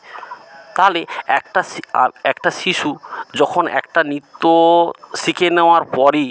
তাহলে একটা শি একটা শিশু যখন একটা নৃত্য শিখে নেওয়ার পরই